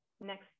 next